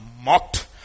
mocked